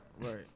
Right